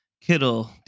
Kittle